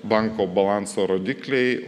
banko balanso rodikliai